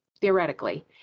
theoretically